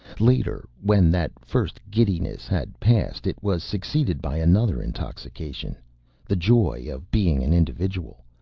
later, when that first giddiness had passed, it was succeeded by another intoxication the joy of being an individual,